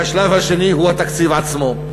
והשלב השני הוא התקציב עצמו.